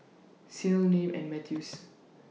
Ceil Nim and Mathews